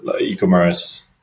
e-commerce